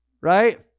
Right